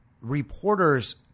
reporters